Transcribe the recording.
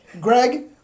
Greg